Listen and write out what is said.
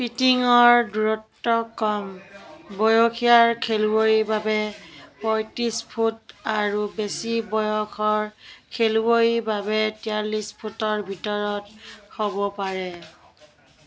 পিটিঙৰ দূৰত্ব কম বয়সীয়া খেলুৱৈৰ বাবে পয়ত্ৰিছ ফুট আৰু বেছি বয়সৰ খেলুৱৈৰ বাবে তিয়াল্লিছ ফুটৰ ভিতৰত হ'ব পাৰে